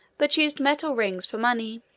but used metal rings for money.